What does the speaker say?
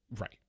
Right